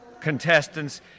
contestants